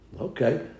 Okay